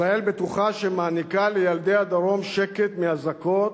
ישראל בטוחה, שמעניקה לילדי הדרום שקט מאזעקות,